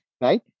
right